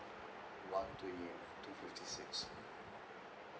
one twenty eight two fifty six